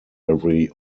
every